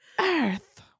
earth